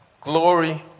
Glory